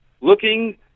looking